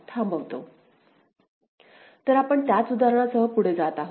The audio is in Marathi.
तर आपण त्याच उदाहरणासह पुढे जात आहोत